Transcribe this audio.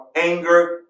anger